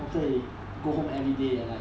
我可以 go home everyday like